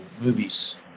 movies